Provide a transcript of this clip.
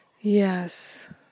Yes